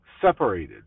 separated